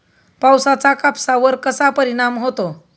पावसाचा कापसावर कसा परिणाम होतो?